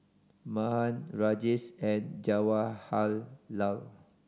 Mahan Rajesh and Jawaharlal